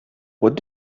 what